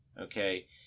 okay